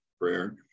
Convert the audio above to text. prayer